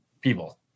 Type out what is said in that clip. people